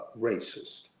racist